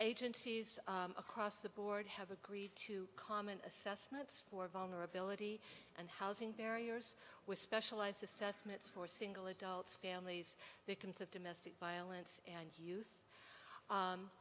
agencies across the board have agreed to comment assessments for vulnerability and housing barriers with specialized assessments for single adults families terms of domestic violence and we